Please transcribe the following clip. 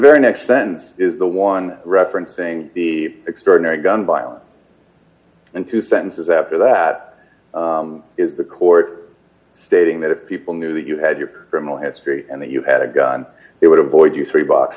very next sentence is the one referencing the extraordinary gun violence and two sentences after that is the court stating that if people knew that you had your criminal history and that you had a gun they d would avoid you three blocks